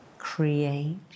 create